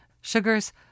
Sugars